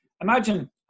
imagine